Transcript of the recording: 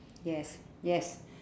yes yes